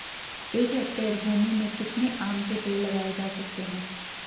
एक हेक्टेयर भूमि में कितने आम के पेड़ लगाए जा सकते हैं?